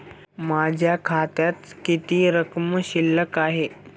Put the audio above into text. माझ्या खात्यात किती रक्कम शिल्लक आहे?